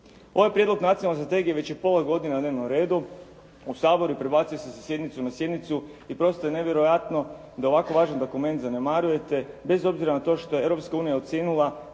Ovaj Prijedlog nacionalne strategije već je pola godine na dnevnom redu, u Saboru i prebacuje se sa sjednice na sjednicu. I prosto je nevjerojatno da ovako važan dokument zanemarujete bez obzira na to što je Europska